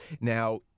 Now